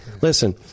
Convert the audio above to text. listen